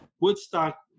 Woodstock